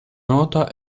nota